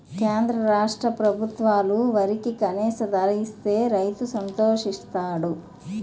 కేంద్ర రాష్ట్ర ప్రభుత్వాలు వరికి కనీస ధర ఇస్తే రైతు సంతోషిస్తాడు